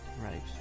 Right